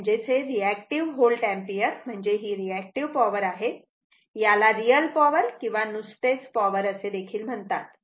म्हणजेच हे reactive volt ampere म्हणजे ही रीऍक्टिव्ह पॉवर आहे याला रियल पॉवर किंवा नुसतेच पॉवर असेदेखील म्हणतात